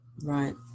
right